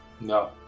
No